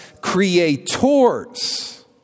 creators